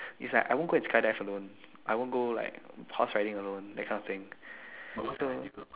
it's like I won't go and skydive alone I won't go like horse riding alone that kind of things so